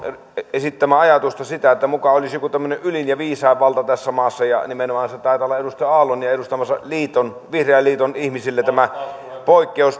esittämää ajatusta siitä että muka olisi joku tämmöinen ylin ja viisain valta tässä maassa ja nimenomaan taitaa olla edustaja aallon ja edustamansa liiton vihreän liiton ihmisille tämä